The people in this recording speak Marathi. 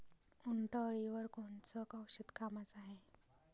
उंटअळीवर कोनचं औषध कामाचं हाये?